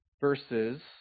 verses